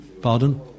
pardon